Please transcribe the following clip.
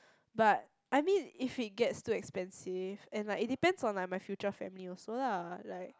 but I mean if it gets too expensive and like it depends on like my future family also lah like